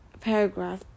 paragraph